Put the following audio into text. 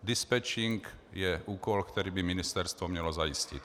Dispečink je úkol, který by ministerstvo mělo zajistit.